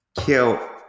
kill